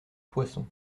poisson